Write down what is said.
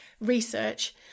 research